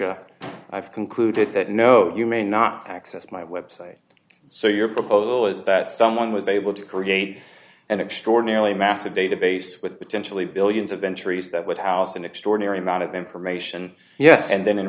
disha i've concluded that no you may not access my website so your proposal is that someone was able to create an extraordinarily massive database with potentially billions of entries that would house an extraordinary amount of information yes and then in